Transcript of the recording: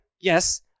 yes